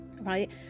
Right